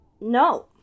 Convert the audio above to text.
No